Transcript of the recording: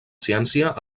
ciència